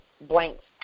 blanks